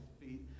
feet